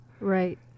right